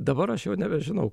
dabar aš jau nebežinau